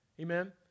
Amen